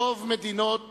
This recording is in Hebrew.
רוב מדינות